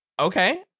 Okay